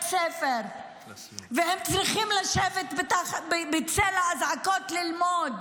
ספר והם צריכים לשבת בצל האזעקות ללמוד.